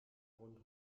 rund